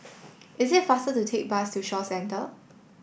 is it faster to take bus to Shaw Centre